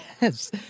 Yes